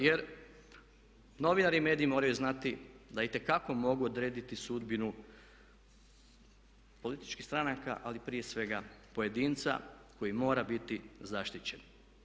Jer novinari i mediji moraju znati da itekako mogu odrediti sudbinu političkih stranaka ali prije svega pojedinca koji mora biti zaštićen.